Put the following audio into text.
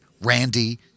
Randy